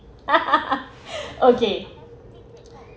okay